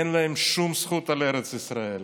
אין להם שום זכות על ארץ ישראל.